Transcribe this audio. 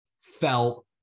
felt